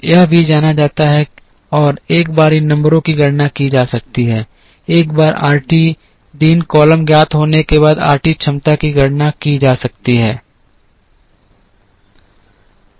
यह भी जाना जाता है और एक बार इन नंबरों की गणना की जा सकती है एक बार आरटी दिन कॉलम ज्ञात होने के बाद आरटी क्षमता की गणना की जा सकती है